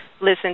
listen